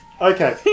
Okay